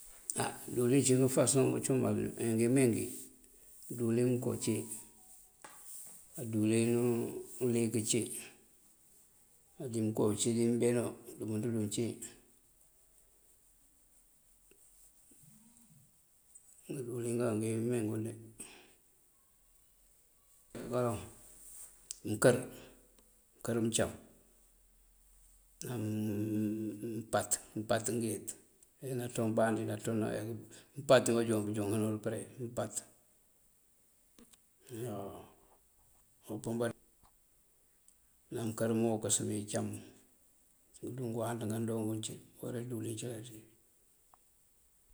Á díwëlin acum ngëëfasoŋ ngëëcumal ngimengí. Díwëlin mëënko cí, á díwëlin uliyëk cí, adi mëënko acíri mbeno mëënţëndun cí díwëliŋan ngimengun din. mëënkër, mëënker mëëncám ná mpat mpat ngëyët, anjá naţoŋ bandí, naţoŋ nawek, mpat míimbáajooŋ bunjúŋarël përe mpat. umpëëmba ná mëënker máawokes mí incámun, surëtú ngëëwanţëngan doo nguncí worawi díwëlin cilatiwi.